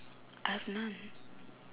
I've none